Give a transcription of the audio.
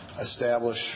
establish